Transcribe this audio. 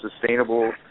sustainable